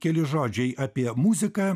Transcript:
keli žodžiai apie muziką